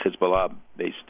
Hezbollah-based